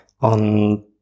on